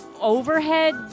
overhead